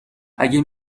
اگه